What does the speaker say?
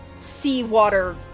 seawater